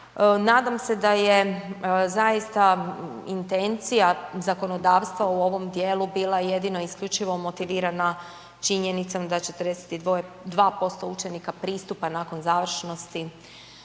Nadam se da je zaista intencija zakonodavstva u ovom dijelu bila jedino i isključivo motivirana činjenicom da 42% učenika pristupa nakon završnosti